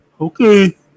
Okay